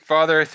Father